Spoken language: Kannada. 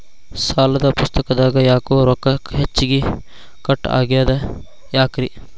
ಸಾಲದ ಪುಸ್ತಕದಾಗ ಯಾಕೊ ರೊಕ್ಕ ಹೆಚ್ಚಿಗಿ ಕಟ್ ಆಗೆದ ಯಾಕ್ರಿ?